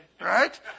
Right